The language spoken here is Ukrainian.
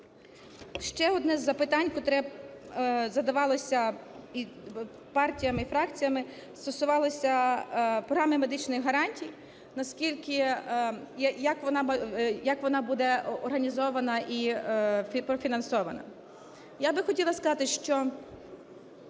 Ще одне з запитань, котре задавалося і партіями, і фракціями ,стосувалося програми медичних гарантій, наскільки… як вона буде організована і профінансована. Я би хотіла сказати, що